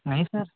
نہیں سر